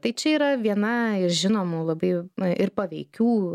tai čia yra viena iš žinomų labai jau ir paveikių